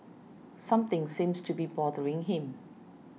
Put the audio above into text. something seems to be bothering him